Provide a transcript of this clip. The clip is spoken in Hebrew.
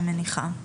אני מניחה.